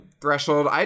threshold